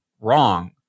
Wrong